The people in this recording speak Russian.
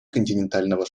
континентального